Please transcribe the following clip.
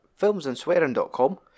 filmsandswearing.com